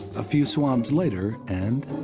a few swabs later and.